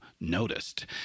noticed